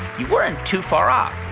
you weren't too far off.